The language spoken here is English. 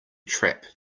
trap